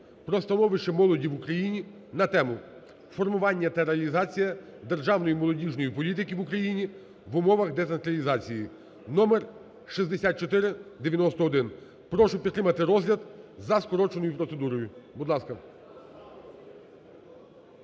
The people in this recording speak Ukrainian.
про становище молоді в Україні на тему: "Формування та реалізація державної молодіжної політики в Україні в умовах децентралізації" (№ 6491). Прошу підтримати розгляд за скороченою процедурою. Будь ласка.